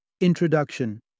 Introduction